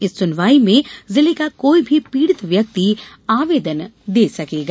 इस सुनवाई में जिले का कोई भी पीडित व्यक्ति आवेदन दे सकेगा